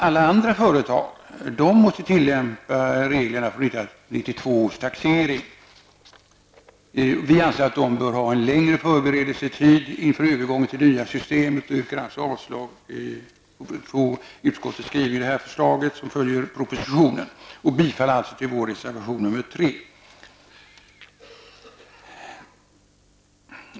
Alla andra företag måste tillämpa reglerna från 1992 års taxering. Vi anser att de bör ha en längre förberedelsetid inför övergången till det nya systemet. Vi yrkar således avslag på utskottets skrivning i det förslag som följer propositionen och bifall till reservation nr 3.